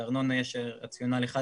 לארנונה יש רציונל אחד,